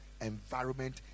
environment